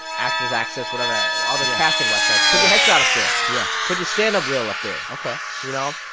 actors access, whatever. yeah. all the casting websites. put your headshot up there yeah put your stand-up reel up there ok you know,